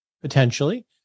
potentially